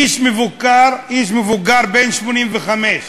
איש מבוגר בן 85,